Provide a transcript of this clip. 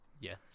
yes